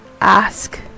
ask